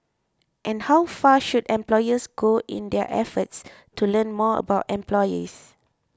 and how far should employers go in their efforts to learn more about employees